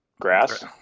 Grass